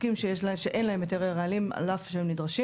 עוסקים שאין להם היתרי רעלים, על אף שהם נדרשים.